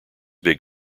big